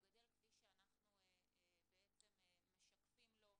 הוא גדל כפי שאנחנו משקפים לו,